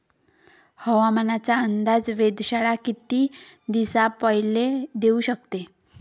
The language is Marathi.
हवामानाचा अंदाज वेधशाळा किती दिवसा पयले देऊ शकते?